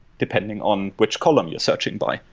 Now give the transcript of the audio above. depending on which column you're searching by,